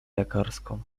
lekarską